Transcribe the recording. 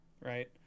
Right